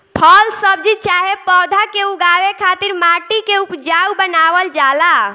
फल सब्जी चाहे पौधा के उगावे खातिर माटी के उपजाऊ बनावल जाला